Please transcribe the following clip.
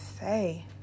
say